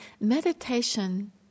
meditation